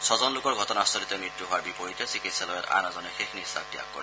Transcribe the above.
ছজন লোকৰ ঘটনাস্থলীতে মৃত্যু হোৱাৰ বিপৰীতে চিকিৎসালয়ত আন এজনে শেষ নিশ্বাস ত্যাগ কৰে